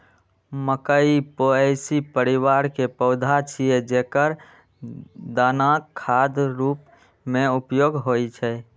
मकइ पोएसी परिवार के पौधा छियै, जेकर दानाक खाद्य रूप मे उपयोग होइ छै